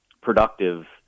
productive